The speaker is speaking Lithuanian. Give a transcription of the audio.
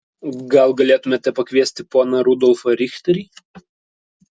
gal galėtumėte pakviesti poną rudolfą richterį